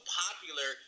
popular